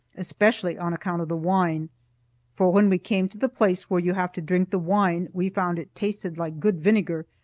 especially on account of the wine for, when we came to the place where you have to drink the wine, we found it tasted like good vinegar,